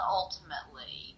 ultimately